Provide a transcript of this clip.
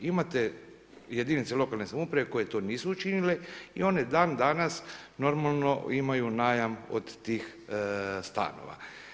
Imate jedinice lokalne samouprave koje to nisu učinile i one dandanas normalno imaju najam od tih stanova.